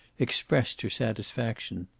expressed her satisfaction.